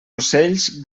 ocells